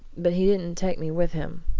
but he didn't take me with him.